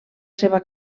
seva